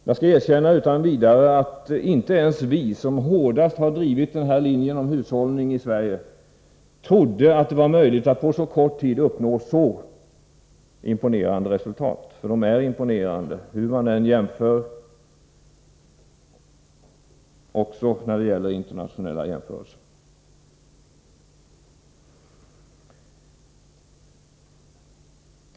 Jag skall erkänna utan vidare att inte ens vi som hårdast har drivit linjen om hushållning i Sverige trodde att det var möjligt att på så kort tid uppnå så imponerande resultat. De är imponerande hur man än jämför, och det gäller även internationella jämförelser.